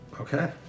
Okay